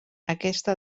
aquesta